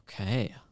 Okay